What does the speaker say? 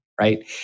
Right